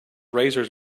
razors